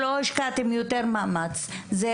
שלא השקעתם יותר מאמץ,